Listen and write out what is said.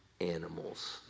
animals